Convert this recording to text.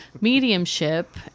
mediumship